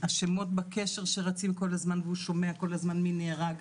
השמות בקשר שרצים כל הזמן והוא שומע כל הזמן מי נהרג,